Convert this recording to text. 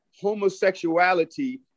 homosexuality